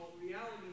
reality